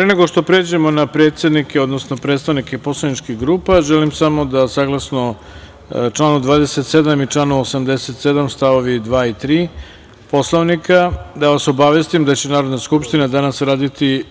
Pre nego što pređemo na predsednike, odnosno predstavnike poslaničkih grupa želim samo da saglasno članu 27. i članu 87. stavovi 2. i 3. Poslovnika, da vas obavestim da će Narodna skupština danas raditi